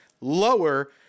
lower